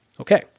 okay